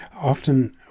often